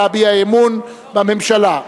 להביע אי-אמון בממשלה.